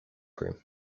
cream